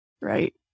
Right